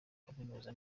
kaminuza